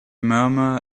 murmur